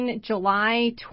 July